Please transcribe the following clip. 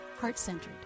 heart-centered